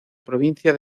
provincia